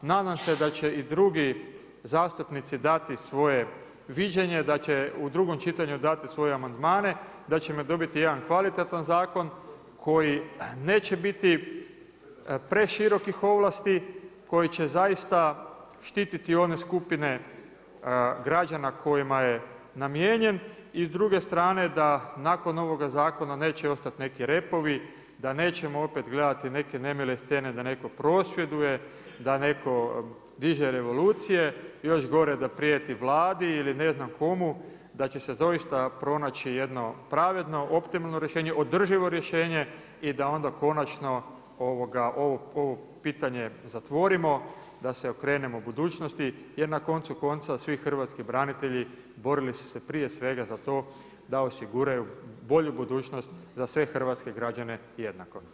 Nadam se da će i drugi zastupnici dati svoje viđenje da će u drugom čitanju dati svoje amandmane, da ćemo dobiti jedan kvalitetan zakon koji neće biti preširokih ovlasti, koji će zaista štititi one skupine građana kojima je namijenjen i s druge strane da nakon ovoga zakona neće ostati neki repovi, da nećemo opet gledati neke nemile scene da neko prosvjeduje, da neko diže revolucije, još gore da prijeti Vladi ili ne znam komu, da će se doista pronaći jedno pravedno, optimalno, održivo rješenje i da onda konačno ovo pitanje zatvorimo, da se okrenemo budućnosti jer na koncu konca svih hrvatski branitelji borili su se prije svega za to da osiguraju bolju budućnost za sve hrvatske građane jednako.